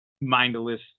Mindless